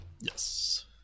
yes